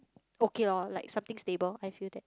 okay lor like something stable I feel that